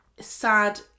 sad